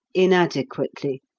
inadequately,